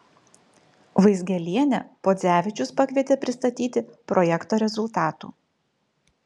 vaizgielienę podzevičius pakvietė pristatyti projekto rezultatų